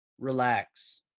relax